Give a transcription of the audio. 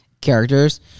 characters